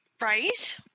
Right